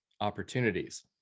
opportunities